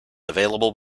available